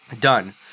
done